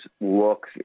look